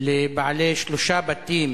לבעלי שלושה בתים